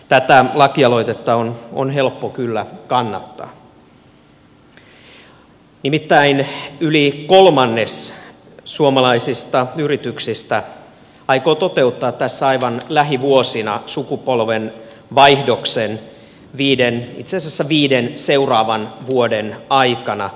tätä lakialoitetta on helppo kyllä kannattaa nimittäin yli kolmannes suomalaisista yrityksistä aikoo toteuttaa tässä aivan lähivuosina sukupolvenvaihdoksen itse asiassa viiden seuraavan vuoden aikana